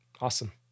awesome